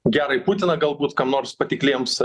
gerąjį putiną galbūt kam nors patikliems